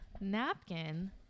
napkin